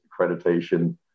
accreditation